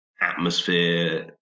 Atmosphere